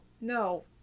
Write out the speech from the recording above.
No